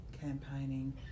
campaigning